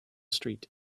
street